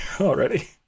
already